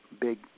big